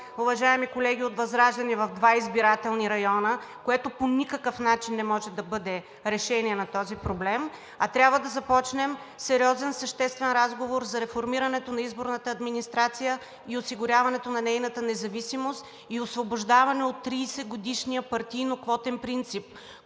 уважаеми колеги от ВЪЗРАЖДАНЕ, в два избирателни района, което по никакъв начин не може да бъде решение на този проблем, а трябва да започнем сериозен съществен разговор за реформирането на изборната администрация и осигуряването на нейната независимост и освобождаване от 30-годишния партийноквотен принцип,